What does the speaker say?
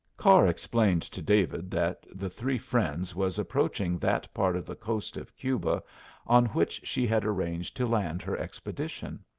carr explained to david that the three friends was approaching that part of the coast of cuba on which she had arranged to land her expedition,